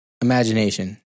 imagination